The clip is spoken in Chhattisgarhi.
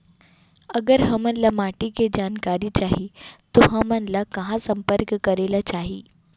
अगर हमन ला माटी के जानकारी चाही तो हमन ला कहाँ संपर्क करे ला चाही?